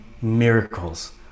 miracles